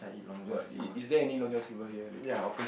what it is there any Long-John-Silvers here